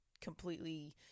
completely